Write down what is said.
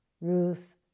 ruth